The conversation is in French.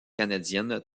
canadiennes